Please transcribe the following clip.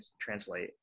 Translate